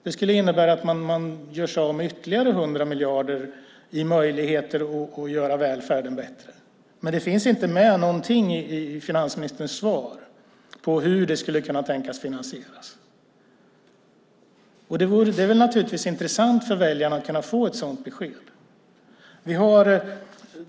Det skulle innebära att man gör sig av med ytterligare 100 miljarder i möjligheter att göra välfärden bättre. Det finns inte någonting i finansministerns svar om hur det skulle kunna finansieras. Det är naturligtvis intressant för väljarna att kunna få ett sådant besked.